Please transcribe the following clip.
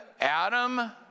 Adam